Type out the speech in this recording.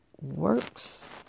works